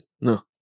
no